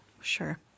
Sure